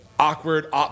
Awkward